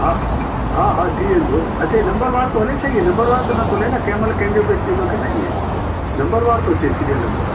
हा हा थी वेंदो अचे नंबर वार थो हले छा इहो नंबरवार त न थो हले न कंहिंमहिल कंहिंजो बि अची वेंदो कि न इएं नंबरवार थो अचे सीरियल नंबर